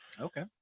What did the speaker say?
Okay